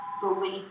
belief